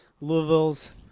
Louisville's